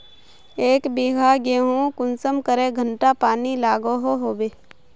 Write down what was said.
एक बिगहा गेँहूत कुंसम करे घंटा पानी लागोहो होबे?